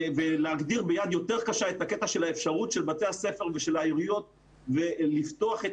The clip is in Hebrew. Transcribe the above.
להגדיר ביד יותר קשה את האפשרות של בתי הספר והעיריות לפתוח את